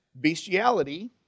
bestiality